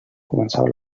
començava